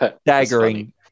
Staggering